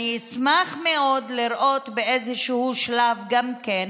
אשמח מאוד לראות באיזשהו שלב גם כן,